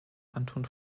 anton